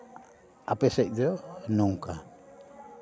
ᱟᱯᱮ ᱥᱮᱫ ᱫᱚ ᱱᱚᱝᱠᱟ